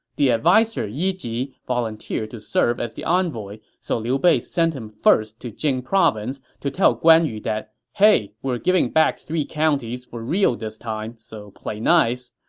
the adviser yi ji volunteered to serve as the envoy, so liu bei sent him first to jing province to tell guan yu that hey, we're giving back three counties for real this time, so play nice.